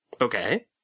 Okay